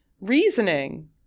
reasoning